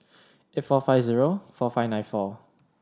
eight four five zero four five nine four